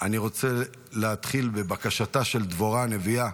אני רוצה להתחיל בבקשתה של דבורה הנביאה